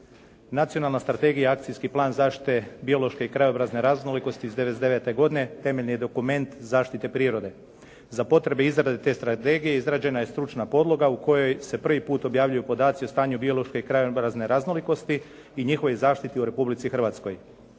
Nacionalna strategija i akcijski plan zaštite biološke i krajobrazne raznolikosti iz '99. godine temeljni je dokument zaštite prirode. Za potrebe izrade te strategije izrađena je stručna podloga u kojoj se prvi put objavljuju podaci o stanju biološke i krajobrazne raznolikosti i njihovoj zaštiti u Republici Hrvatskoj.